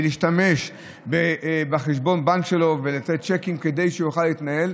להשתמש בחשבון בנק שלו ולתת צ'קים כדי שהוא יוכל להתנהל,